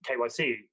KYC